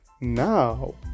now